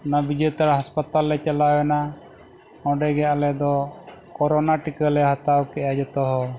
ᱚᱱᱟ ᱵᱤᱡᱮᱛᱟᱲᱟ ᱦᱟᱸᱥᱯᱟᱛᱟᱞ ᱞᱮ ᱪᱟᱞᱟᱣ ᱮᱱᱟ ᱚᱸᱰᱮ ᱜᱮ ᱟᱞᱮ ᱫᱚ ᱠᱳᱨᱳᱱᱟ ᱴᱤᱠᱟᱹ ᱞᱮ ᱦᱟᱛᱟᱣ ᱠᱮᱜᱼᱟ ᱡᱚᱛᱚ ᱦᱚᱲ